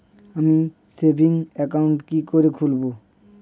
আমি savings account কি করে খুলব?